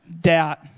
Doubt